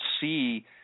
see –